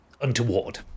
untoward